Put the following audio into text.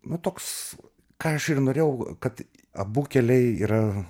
nu toks ką aš ir norėjau kad abu keliai yra